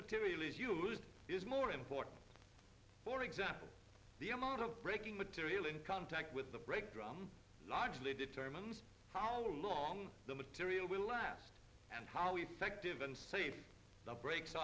material is used is more important for example the amount of braking material in contact with the brake drum largely determines how long the material will last and how effective and safe